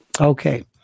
Okay